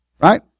right